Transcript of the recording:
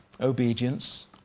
obedience